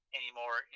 anymore